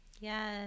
Yes